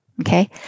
okay